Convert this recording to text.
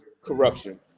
corruption